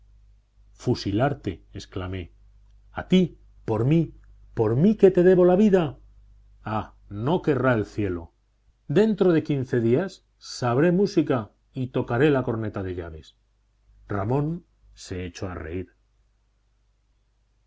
remedio fusilarte exclamé a ti por mí por mí que te debo la vida ah no querrá el cielo dentro de quince días sabré música y tocaré la corneta de llaves ramón se echó a reír